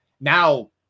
now